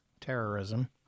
terrorism